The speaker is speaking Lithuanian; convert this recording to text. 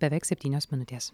beveik septynios minutės